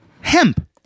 Hemp